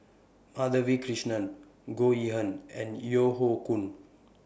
Madhavi Krishnan Goh Yihan and Yeo Hoe Koon